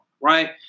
right